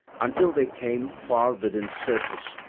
until they came far within syrtis,